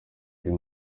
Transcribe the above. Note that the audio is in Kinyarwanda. iyo